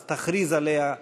אז תכריז עליה,